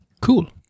Cool